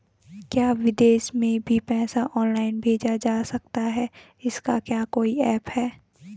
क्या विदेश में भी पैसा ऑनलाइन भेजा जा सकता है इसका क्या कोई ऐप है?